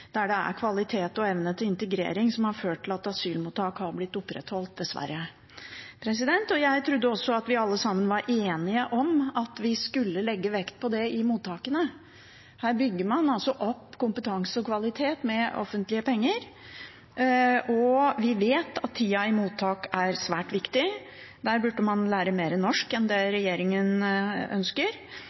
der det er kvalitet og evne til integrering som har ført til at asylmottak har blitt opprettholdt, dessverre, og jeg trodde også at vi alle sammen var enige om at vi skulle legge vekt på det i mottakene. Her bygger man altså opp kompetanse og kvalitet med offentlige penger, og vi vet at tida i mottak er svært viktig. Der burde man lære mer norsk enn det regjeringen ønsker.